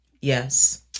Yes